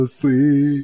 see